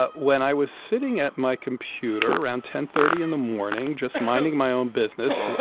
ah when i was sitting at my computer around ten thirty in the morning, just minding my own business,